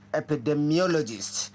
epidemiologist